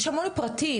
יש המון פרטים.